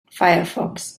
firefox